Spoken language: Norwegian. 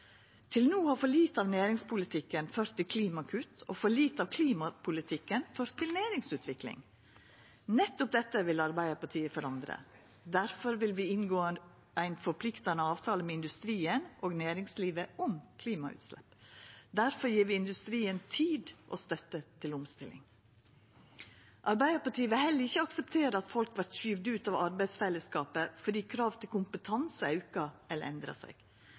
Til no har for lite av næringspolitikken ført til klimakutt og for lite av klimapolitikken ført til næringsutvikling. Dette vil Arbeidarpartiet forandra. Difor vil vi inngå ein forpliktande avtale med industrien og næringslivet om klimagassutslepp. Difor gjev vi industrien tid og støtte til omstilling. Arbeidarpartiet vil heller ikkje akseptera at folk vert skyvde ut av arbeidsfellesskapet fordi krav til kompetanse aukar eller endrar seg.